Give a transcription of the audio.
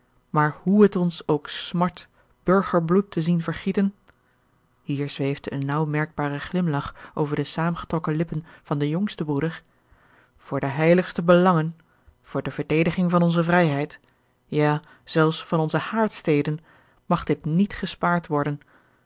maar hoe het ons ook smart burgerbloed te zien vergieten hier zweefde een naauw merkbare glimlach over de zaâmgetrokken lippen van den jongsten broeder voor de heiligste belangen voor de verdediging van onze vrijheid ja zelfs van onze haardsteden mag dit niet gespaard worgeorge